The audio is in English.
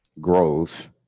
Growth